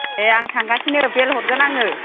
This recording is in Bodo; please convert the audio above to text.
दे आं थांगासिनो बेल हरगोन आङो